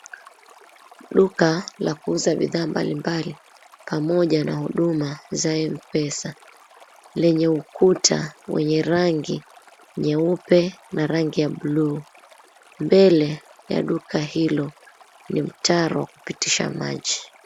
Duka la kuuza bidhaa mbalimbali, pamoja na huduma za M-pesa. Lenye ukuta wenye rangi nyeupe, na rangi ya bluu. Mbele ya duka hilo ni mtaro wa kupitisha maji.